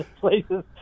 places